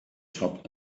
top